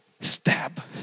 stab